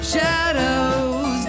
Shadows